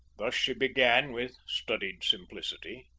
thus she began with studied simplicity.